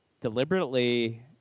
deliberately